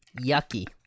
Yucky